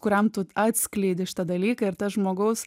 kuriam tu atskleidi šitą dalyką ir tas žmogaus